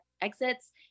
exits